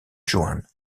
juan